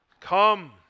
Come